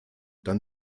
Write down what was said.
dann